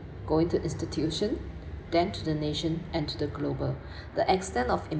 going to institution then to the nation and to the global the extent of